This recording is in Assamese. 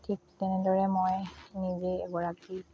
ঠিক তেনেদৰে মই নিজে এগৰাকী